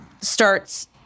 starts